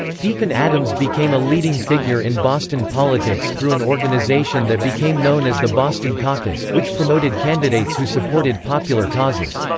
deacon adams became a leading figure in boston politics through an organization that became known as the boston caucus, which promoted candidates who supported popular causes.